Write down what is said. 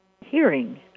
hearing